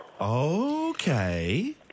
Okay